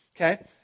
okay